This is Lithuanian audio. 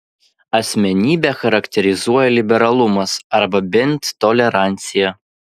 asmenybę charakterizuoja liberalumas arba bent tolerancija